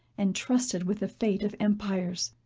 and trusted with the fate of empires.